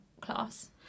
class